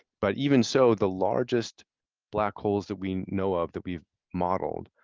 but even so, the largest black holes that we know of, that we've modeled,